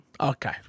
Okay